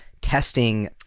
testing